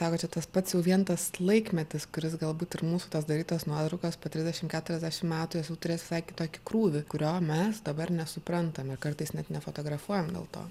sako čia tas pats jau vien tas laikmetis kuris galbūt ir mūsų tos darytos nuotraukos po trisdešimt keturiasdešimt metų jos jau turės visai kitokį krūvį kurio mes dabar nesuprantame kartais net nefotografuojam dėl to